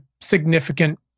significant